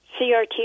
CRT